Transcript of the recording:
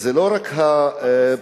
לסיום.